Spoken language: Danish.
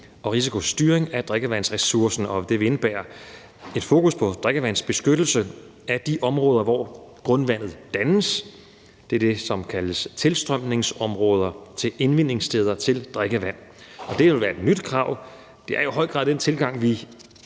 og risikostyring af drikkevandsressourcer. Det vil indebære et fokus på drikkevandsbeskyttelse af de områder, hvor grundvandet dannes. Det er det, som kaldes tilstrømningsområder for indvindingssteder til drikkevand, og det vil være et nyt krav. Det er i høj grad den tilgang, vi